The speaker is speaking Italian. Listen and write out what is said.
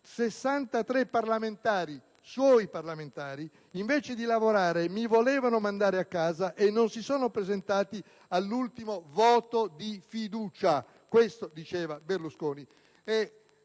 «63 parlamentari» - suoi parlamentari - «invece di lavorare mi volevano mandare a casa e non si sono presentati all'ultimo voto di fiducia». Questo diceva Berlusconi